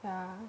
yeah